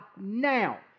now